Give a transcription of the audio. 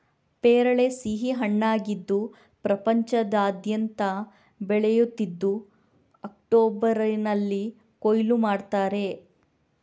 ಪೇರಳೆ ಸಿಹಿ ಹಣ್ಣಾಗಿದ್ದು ಪ್ರಪಂಚದಾದ್ಯಂತ ಬೆಳೆಯುತ್ತಿದ್ದು ಅಕ್ಟೋಬರಿನಲ್ಲಿ ಕೊಯ್ಲು ಮಾಡ್ತಾರೆ